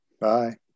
bye